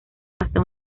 hasta